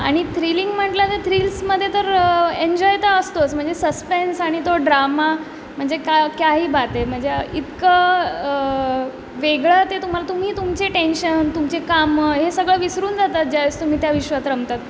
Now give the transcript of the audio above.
आणि थ्रीलिंग म्हटलं तर थ्रील्समध्ये तर एन्जॉय तर असतोच म्हणजे सस्पेन्स आणि तो ड्रामा म्हणजे का क्याही बात आहे म्हणजे इतकं वेगळं ते तुम्हाला तुम्ही तुमचे टेन्शन तुमचे कामं हे सगळं विसरून जातात ज्या तुम्ही त्या विषयात रमतात